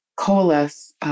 coalesce